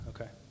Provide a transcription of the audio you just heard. okay